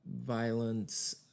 violence